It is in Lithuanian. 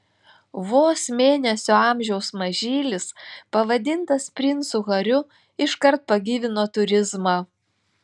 vos mėnesio amžiaus mažylis pavadintas princu hariu iškart pagyvino turizmą